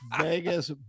vegas